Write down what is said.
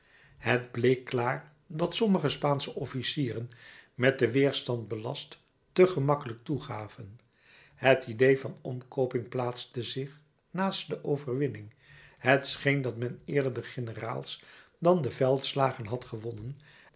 het bleek klaar dat sommige spaansche officieren met den weerstand belast te gemakkelijk toegaven het idée van omkooping plaatste zich naast de overwinning het scheen dat men eerder de generaals dan de veldslagen had gewonnen